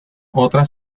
otras